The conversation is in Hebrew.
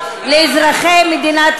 לא לירות,